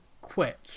quit